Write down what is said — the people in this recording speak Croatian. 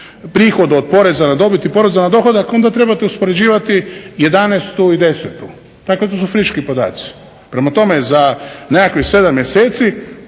prihodu od poreza na dobit i poreza na dohodak onda trebate uspoređivati 2011. i 2010. Dakle, to su friški podaci. Prema tome za nekakvih 7 mjeseci